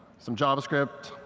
some javascript,